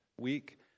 week